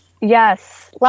Yes